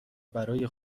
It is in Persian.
برای